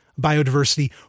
biodiversity